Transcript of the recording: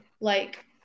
Like-